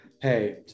Hey